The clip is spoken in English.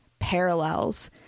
parallels